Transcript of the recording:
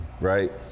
right